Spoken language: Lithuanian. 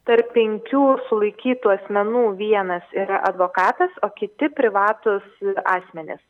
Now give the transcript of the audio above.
tarp penkių sulaikytų asmenų vienas yra advokatas o kiti privatūs asmenys